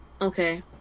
Okay